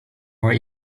more